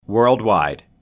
Worldwide